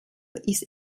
ist